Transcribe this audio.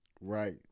Right